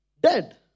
dead